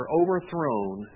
overthrown